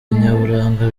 nyaburanga